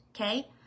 okay